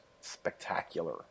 spectacular